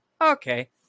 okay